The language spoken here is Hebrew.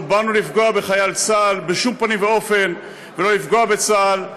לא באנו לפגוע בחיילי צה"ל בשום פנים ואופן ולא לפגוע בצה"ל.